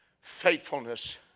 Faithfulness